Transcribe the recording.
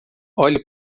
olhe